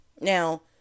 Now